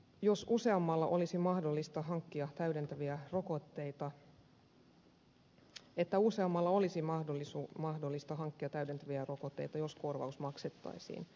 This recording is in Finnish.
jos useammalla olisi mahdollista hankkia täydentäviä rokotteita selvää että useampien olisi mahdollista hankkia täydentäviä rokotteita jos korvaus maksettaisiin